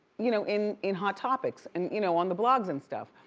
you know, in in hot topics, and you know, on the blogs and stuff.